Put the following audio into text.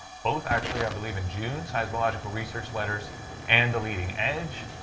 both actually, i believe, in june seismological research letters and the leading edge.